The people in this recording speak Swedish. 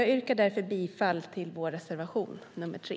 Jag yrkar därför bifall till vår reservation nr 3.